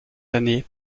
années